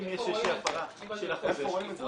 אם יש איזה שהיא הפרה --- אבל איפה רואים את זה?